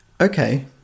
Okay